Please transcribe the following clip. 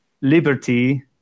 liberty